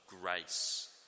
grace